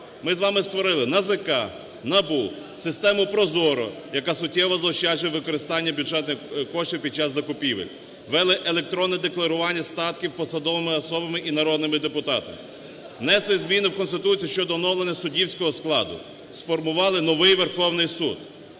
Ми з вами створили: НАЗК; НАБУ; систему ProZorro, яка суттєво заощаджує використання бюджетних коштів під час закупівель; ввели електронне декларування статків посадовими особами і народними депутатами; внесли зміни в Конституцію щодо оновлення суддівського складу; сформували новий Верховний Суд;